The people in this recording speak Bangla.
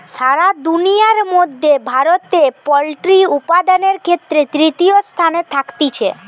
সারা দুনিয়ার মধ্যে ভারতে পোল্ট্রি উপাদানের ক্ষেত্রে তৃতীয় স্থানে থাকতিছে